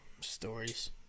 stories